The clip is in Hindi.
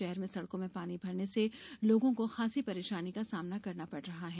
शहर में सड़कों में पानी भरने से लोगों को खासी परेशानी का सामना करना पड़ रहा है